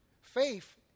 faith